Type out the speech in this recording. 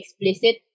explicit